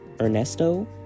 ernesto